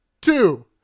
Two